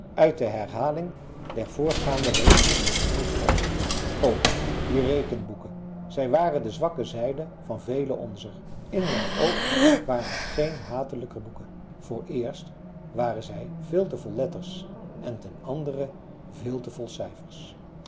uit de herhaling der voorgaande regelen moeten opzetten o die rekenboeken zij waren de zwakke zijde van velen onzer in mijn oog waren er geen hatelijker boeken vooreerst waren zij veel te vol letters en ten andere veel te vol cijfers